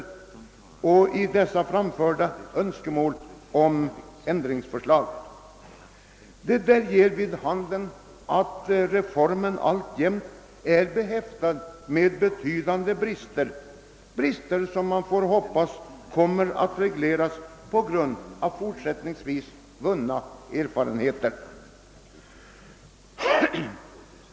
I alla dessa aktstycken har framförts önskemål om ändringar. Detta ger vid handen att reformen alltjämt är behäftad med betydande brister — brister som vi dock får hoppas blir avhjälpta på grundval av fortsättningsvis vunna erfarenheter.